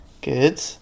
Good